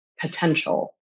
potential